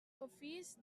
office